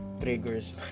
triggers